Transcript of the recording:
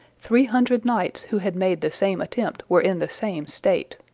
three hundred knights, who had made the same attempt, were in the same state.